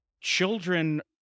children